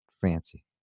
fancy